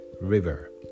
river